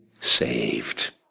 saved